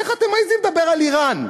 איך אתם מעזים לדבר על איראן?